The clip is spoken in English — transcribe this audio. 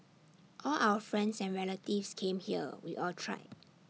all our friends and relatives came here we all tried